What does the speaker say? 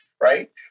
right